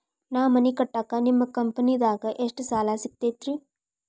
ನಾ ಮನಿ ಕಟ್ಟಾಕ ನಿಮ್ಮ ಕಂಪನಿದಾಗ ಎಷ್ಟ ಸಾಲ ಸಿಗತೈತ್ರಿ?